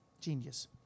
Genius